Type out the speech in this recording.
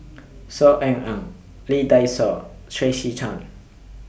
Saw Ean Ang Lee Dai Soh Tracey Tan